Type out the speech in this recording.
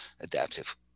adaptive